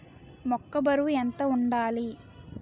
మొక్కొ బరువు ఎంత వుండాలి?